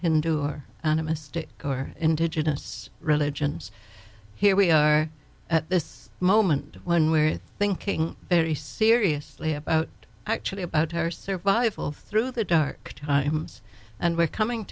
animistic our indigenous religions here we are at this moment when we're thinking very seriously about actually about her survival through the dark times and we're coming